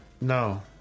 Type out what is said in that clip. No